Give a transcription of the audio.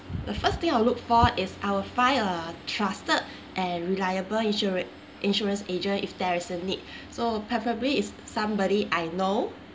the first thing I will look for is I'll find a trusted and reliable insurance insurance agent if there is a need so preferably is somebody I know